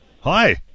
Hi